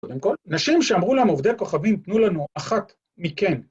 ‫קודם כול, נשים שאמרו להם, ‫עובדי הכוכבים, תנו לנו אחת מכן.